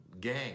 gang